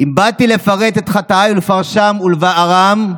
אם באתי לפרט את חטאיי ולפרשם ולבארם,